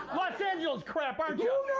los angeles crap, aren't you?